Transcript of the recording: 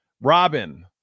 Robin